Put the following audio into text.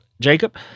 Jacob